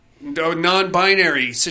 non-binary